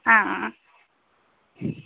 ആ ആ ആ